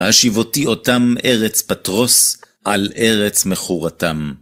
השיבותי אותם ארץ פטרוס על ארץ מכורתם.